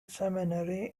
seminary